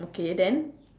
okay then